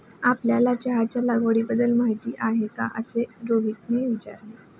आपल्याला चहाच्या लागवडीबद्दल माहीती आहे का असे रोहितने विचारले?